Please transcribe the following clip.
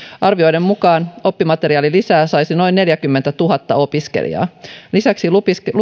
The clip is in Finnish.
arvioiden mukaan oppimateriaalilisää saisi noin neljäkymmentätuhatta opiskelijaa lisäksi